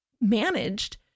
managed